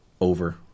over